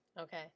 Okay